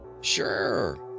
Sure